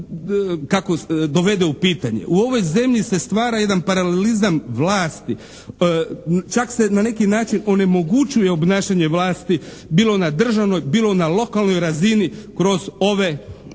sve dovede u pitanje. U ovoj zemlji se stvara jedan paralelizam vlasti. Čak se na neki način onemogućuje obnašanje vlasti bilo na državnoj, bilo na lokalnoj razini kroz ove strukture.